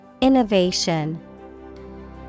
Innovation